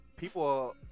People